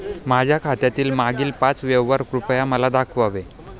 माझ्या खात्यातील मागील पाच व्यवहार कृपया मला दाखवावे